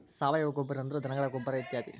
ಸಾವಯುವ ಗೊಬ್ಬರಾ ಅಂದ್ರ ಧನಗಳ ಗೊಬ್ಬರಾ ಇತ್ಯಾದಿ